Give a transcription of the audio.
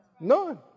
None